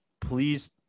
please